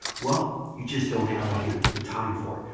well, you just don't have, again, the time for it.